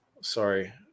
Sorry